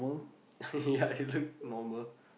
ya it looked normal